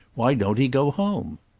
why don't he go home?